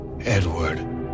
Edward